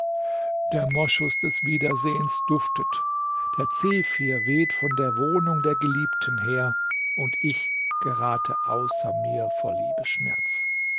der moschus des wiedersehens duftet der zephyr weht von der wohnung der geliebten her und ich gerate außer mir vor liebesschmerz